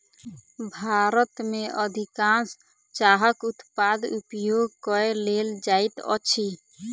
भारत में अधिकाँश चाहक उत्पाद उपयोग कय लेल जाइत अछि